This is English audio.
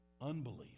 unbelief